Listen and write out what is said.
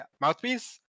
mouthpiece